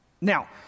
Now